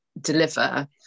deliver